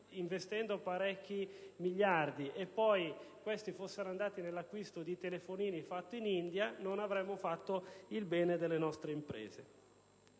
investendo parecchi miliardi e poi questi fossero andati nell'acquisto di telefonini fatti in India, non avremmo fatto il bene delle nostre imprese.